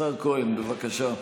השר כהן, בבקשה.